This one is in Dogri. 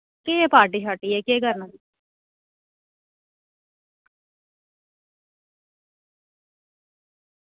केह् पार्टी शार्टी ऐ केह् करना